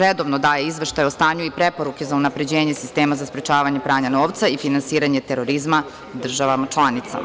redovno daje izveštaje o stanju i preporuke za unapređenje sistema za sprečavanje pranja novca i finansiranje terorizma u državama članica.